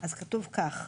אז כתוב כך: